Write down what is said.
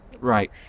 right